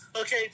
Okay